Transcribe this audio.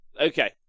okay